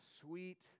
sweet